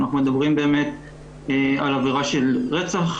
אנחנו מדברים על עבירת רצח,